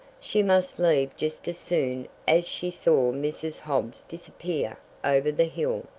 she must leave just as soon as she saw mrs. hobbs disappear over the hill,